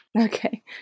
Okay